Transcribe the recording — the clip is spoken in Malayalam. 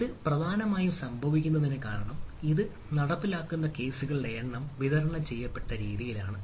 ഇത് പ്രധാനമായും സംഭവിക്കുന്നത് കാരണം ഇത് നടപ്പിലാക്കുന്ന കേസുകളുടെ എണ്ണം വിതരണം ചെയ്യപ്പെട്ട രീതിയിലാണ്